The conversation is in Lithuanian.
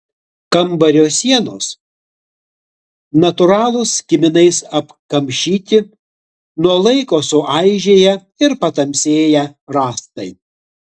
kambario sienos natūralūs kiminais apkamšyti nuo laiko suaižėję ir patamsėję rąstai